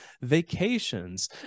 vacations